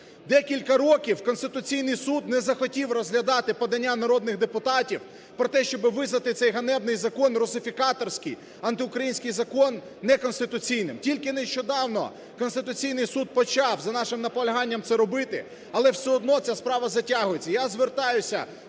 Декілька років Конституційний Суд не захотів розглядати подання народних депутатів про те, щоб визнати цей ганебний закон, русифікаторський, антиукраїнський закон, неконституційним. Тільки нещодавно Конституційний Суд почав, за нашим наполяганням, це робити, але все одно ця справа затягується.